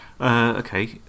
Okay